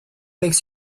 makes